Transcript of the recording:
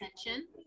attention